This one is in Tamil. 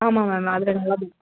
ஆமாம் மேம் அதில் நல்லா இருக்கும்